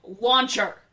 Launcher